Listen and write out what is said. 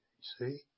see